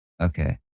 Okay